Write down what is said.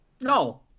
No